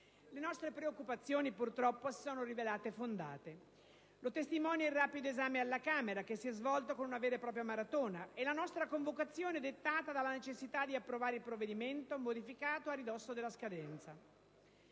Le nostre preoccupazioni purtroppo si sono rivelate fondate. Lo testimonia il rapido esame alla Camera che si è svolto con una vera e propria "maratona" e la nostra convocazione dettata dalla necessità di approvare il provvedimento modificato a ridosso della scadenza.